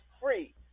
free